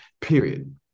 period